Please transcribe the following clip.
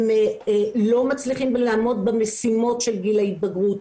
הם לא מצליחים לעמוד במשימות של גיל ההתבגרות,